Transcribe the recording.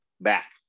back